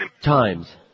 times